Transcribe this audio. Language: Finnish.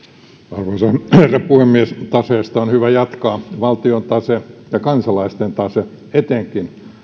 arvoisa herra puhemies taseesta on hyvä jatkaa valtion tase ja kansalaisten tase etenkin